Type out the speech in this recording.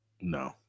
No